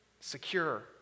secure